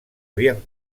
havien